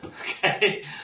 Okay